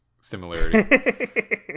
similarity